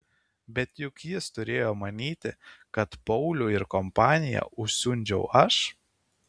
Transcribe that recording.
bet juk jis turėjo manyti kad paulių ir kompaniją užsiundžiau aš